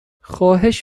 خواهش